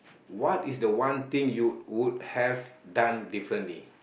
what is the one thing you would have done differently